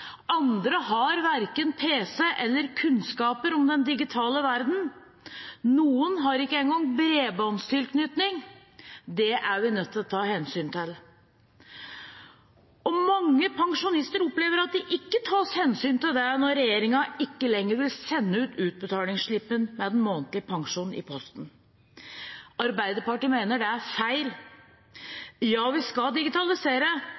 andre har verken pc eller kunnskaper om den digitale verden, og noen har ikke en gang bredbåndtilknytning. Det er vi nødt til å ta hensyn til. Mange pensjonister opplever at det ikke tas hensyn til det når regjeringen ikke lenger vil sende utbetalingsslippen for den månedlige pensjonen i posten. Arbeiderpartiet mener det er feil. Ja, vi skal digitalisere,